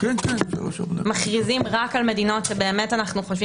אנחנו מכריזים רק על מדינות שבאמת אנחנו חושבים